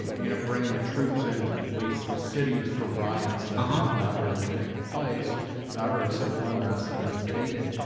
you know bringing the troops in to police the cities for riots that have not really taken place or or civil unrest that is abated.